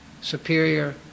superior